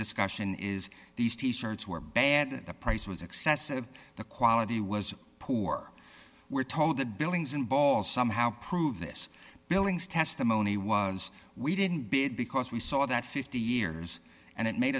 discussion is these t shirts were bad the price was excessive the quality was poor we're told that billings and ball somehow prove this billings testimony was we didn't bid because we saw that fifty years and it made